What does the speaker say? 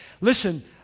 Listen